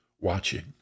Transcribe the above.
watching